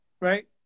right